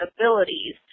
abilities